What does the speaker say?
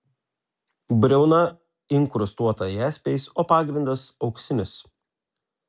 briauna inkrustuota jaspiais o pagrindas auksinis